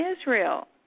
Israel